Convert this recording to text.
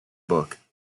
book